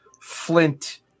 flint